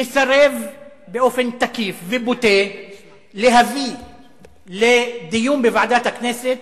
מסרב באופן תקיף ובוטה להביא לדיון בוועדת הכנסת